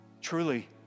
Truly